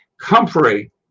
Comfrey